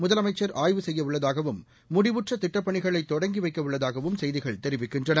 முதலமைச்சர் ஆய்வு செய்யவுள்ளதாகவும் முடிவுற்ற திட்டப் பணிகளை தொடங்கி வைக்கவுள்ளதாகவும் செய்திகள் தெரிவிக்கின்றன